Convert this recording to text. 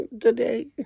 today